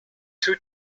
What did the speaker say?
two